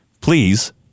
please